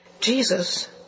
Jesus